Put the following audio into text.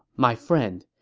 my friend,